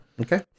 Okay